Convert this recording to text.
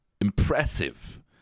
impressive